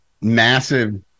massive